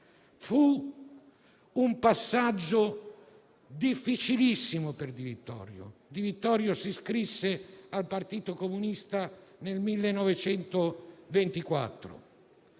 un passaggio difficilissimo per Di Vittorio. Egli si iscrisse al Partito Comunista nel 1924.